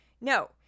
No